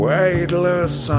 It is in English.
Weightless